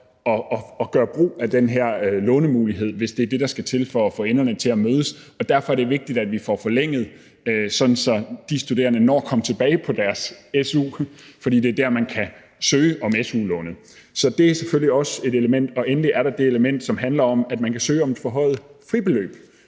at gøre brug af den her lånemulighed, hvis det er det, der skal til for at få enderne til at mødes. Og derfor er det vigtigt, at vi får det forlænget, sådan at de studerende når at komme tilbage på deres su, altså fordi det er der, man kan søge om su-lånet. Så det er selvfølgelig også et element. Endelig er der det element, som handler om, at man kan søge om et forhøjet fribeløb,